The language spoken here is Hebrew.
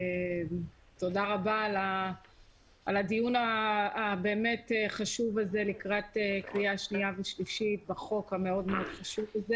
תודה על הדיון החשוב הזה לקראת הקריאה השנייה ושלישית בהצעת החוק הזאת.